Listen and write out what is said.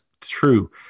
true